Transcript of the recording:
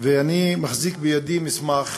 ואני מחזיק בידי מסמך